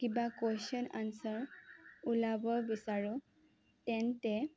কিবা question answer ওলিয়াব বিচাৰোঁ তেন্তে